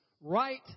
right